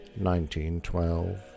1912